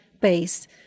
based